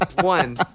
one